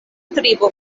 tribo